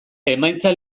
emaitza